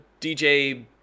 DJ